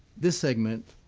this segment,